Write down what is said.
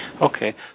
Okay